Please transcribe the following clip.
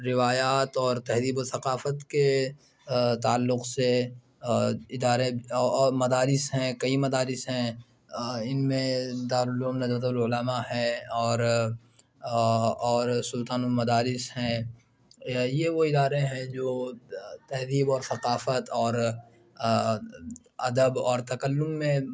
روایات طور تحریب و ثقافت کے تعلق سے ادارے اور مدارس ہیں کئی مدارس ہیں اِن میں دارالعلوم ندوۃ العلما ہے اور اور سُلطان المدارس ہیں یہ وہ ادارے ہیں جو تہذیب و ثقافت اور ادب اور تکلّم میں